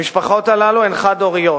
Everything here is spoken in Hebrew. המשפחות הללו הן חד-הוריות.